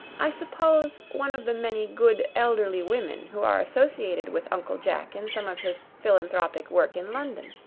i suppose one of the many good elderly women who are associated with uncle jack in some of his philanthropic work in london.